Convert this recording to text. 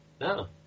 No